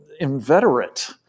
inveterate